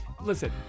listen